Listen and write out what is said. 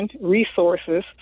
resources